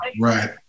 Right